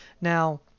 now